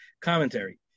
commentary